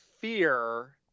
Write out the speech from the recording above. fear